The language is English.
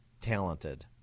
talented